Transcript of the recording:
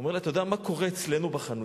ואומר לי: אתה יודע מה קורה אצלנו בחנויות,